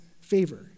favor